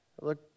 Look